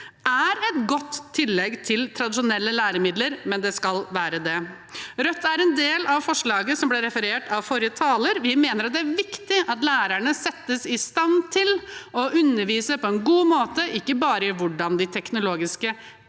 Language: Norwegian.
et godt tillegg til tradisjonelle læremidler, men det skal være det. Rødt er med på forslaget som ble referert av forrige taler. Vi mener det er viktig at lærerne settes i stand til å undervise på en god måte, ikke bare i hvordan de teknologiske